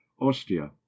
ostia